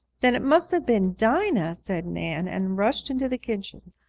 then it must have been dinah! said nan, and rushed into the kitchen.